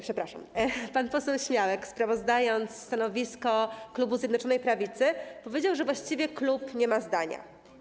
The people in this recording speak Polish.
Pan poseł Śniadek, sprawozdając stanowisko klubu Zjednoczonej Prawicy, powiedział, że właściwie klub nie ma zdania.